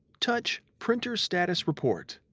touch printer status report.